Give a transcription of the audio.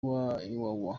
iwawa